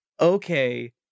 Okay